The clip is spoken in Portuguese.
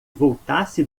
voltasse